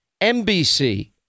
NBC